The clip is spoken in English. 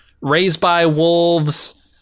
raised-by-wolves